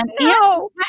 no